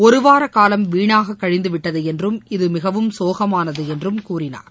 ஒருவார காலம் வீணாக கழிந்துவிட்டது என்றும் இது மிகவும் சோகமானது என்றும் கூறினார்